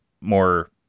more